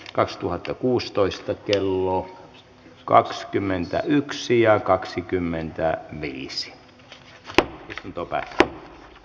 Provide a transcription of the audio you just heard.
kakstuhattakuusitoista kello kaksikymmentäyksi ja terveysvaliokuntaan